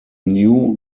new